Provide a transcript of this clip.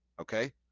okay